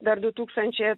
dar du tūkstančia